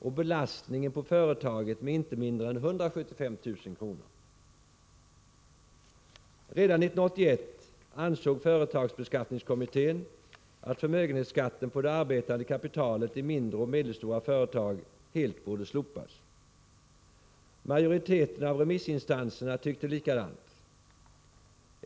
och belastningen på företaget med inte mindre än 175 000 kr. Redan 1981 ansåg företagsbeskattningskommittén att förmögenhetsskatten på det arbetande kapitalet i mindre och medelstora företag helt borde slopas. Majoriteten av remissinstanserna tyckte likadant.